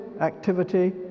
activity